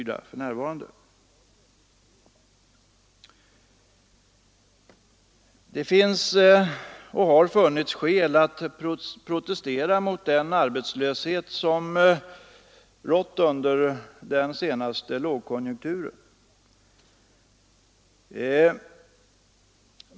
Det finns och har funnits skäl att protestera mot den arbetslöshet som rått under den senaste lågkonjunkturen.